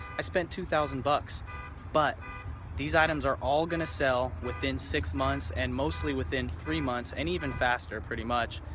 i spent two thousand dollars but these items are all going to sell within six months and mostly within three months and even faster pretty much.